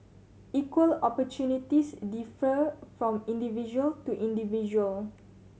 equal opportunities differ from individual to individual